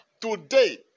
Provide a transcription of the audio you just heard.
Today